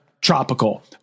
tropical